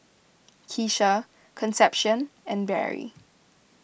Keesha Concepcion and Barry